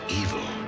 evil